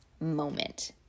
moment